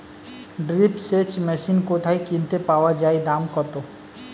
Drip সেচ machine কোথায় কিনতে পাওয়া যায় দাম কত?